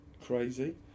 crazy